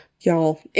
Y'all